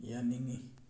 ꯌꯥꯅꯤꯡꯏ